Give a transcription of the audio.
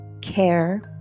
care